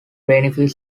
benefit